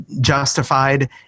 justified